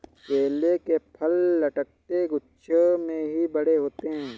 केले के फल लटकते गुच्छों में ही बड़े होते है